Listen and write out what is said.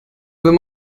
wenn